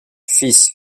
fils